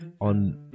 on